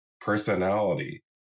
personality